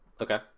Okay